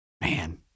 Man